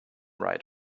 right